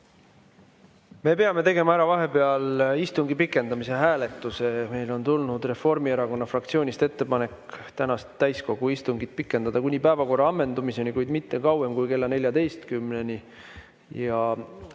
Me peame vahepeal ära tegema istungi pikendamise hääletuse. Meile on tulnud Reformierakonna fraktsioonist ettepanek tänast täiskogu istungit pikendada kuni päevakorra ammendumiseni, kuid mitte kauem kui kella 14-ni.